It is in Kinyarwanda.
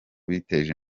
biteje